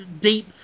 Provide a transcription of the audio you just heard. deep